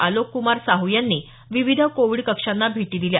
आलोकक्मार साहू यांनी विविध कोविड कक्षांना भेटी दिल्या